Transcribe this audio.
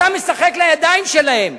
אתה משחק לידיים שלהם.